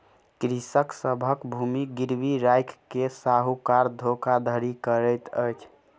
कृषक सभक भूमि गिरवी राइख के साहूकार धोखाधड़ी करैत अछि